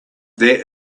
there